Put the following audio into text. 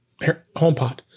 HomePod